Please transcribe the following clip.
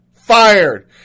Fired